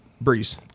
Breeze